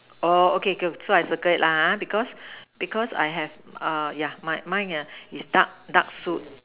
oh okay okay so I circle it lah ha because because I have err yeah mine mine uh is is dark dark suit